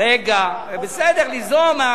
רגע, בסדר, ליזום.